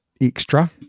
extra